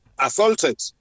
assaulted